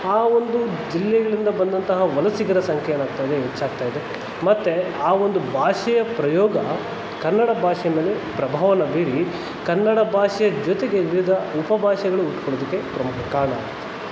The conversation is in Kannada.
ಆ ಒಂದು ಜಿಲ್ಲೆಗಳಿಂದ ಬಂದಂತಹ ವಲಸಿಗರ ಸಂಖ್ಯೆ ಏನಾಗ್ತಾಯಿದೆ ಹೆಚ್ಚಾಗ್ತಾಯಿದೆ ಮತ್ತೆ ಆ ಒಂದು ಭಾಷೆಯ ಪ್ರಯೋಗ ಕನ್ನಡ ಭಾಷೆಯಲ್ಲಿ ಪ್ರಭಾವವನ್ನು ಬೀರಿ ಕನ್ನಡ ಭಾಷೆಯ ಜೊತೆಗೆ ವಿವಿಧ ಉಪಭಾಷೆಗಳು ಹುಟ್ಕೊಳ್ಳೋದಕ್ಕೆ ಪ್ರಮುಖ ಕಾರಣ ಆಗಿದೆ